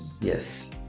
Yes